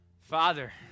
Father